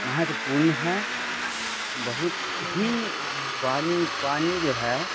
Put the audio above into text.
مہتوپورن ہے بہت ہی پانی پانی جو ہے